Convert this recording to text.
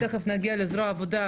תיכף נגיע לזרוע העבודה,